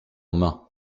main